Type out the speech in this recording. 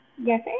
Yes